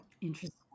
Interesting